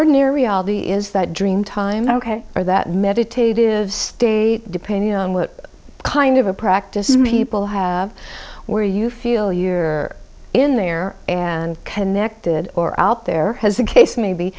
ordinary reality is that dream time k or that meditative state depending on what kind of a practice people have where you feel you are in there and connected or out there as the case may be